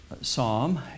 psalm